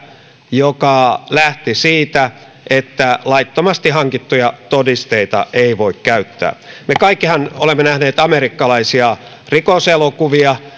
joka lähti siitä että laittomasti hankittuja todisteita ei voi käyttää me kaikkihan olemme nähneet amerikkalaisia rikoselokuvia